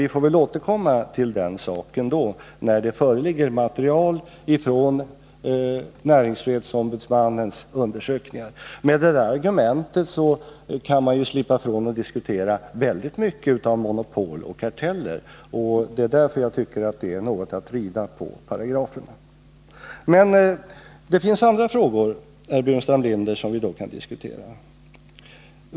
Vi får väl återkomma till den saken när det föreligger material från näringsfrihetsombudsmannens undersökningar. Med det argumentet kan man ju slippa ifrån att diskutera väldigt mycket av monopol och karteller. Det är därför jag tycker att detta är att något rida på paragrafer. Det finns emellertid andra frågor, herr Burenstam Linder, som vi kan diskutera.